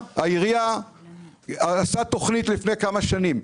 העירייה עשתה תוכנית לפני כמה שנים,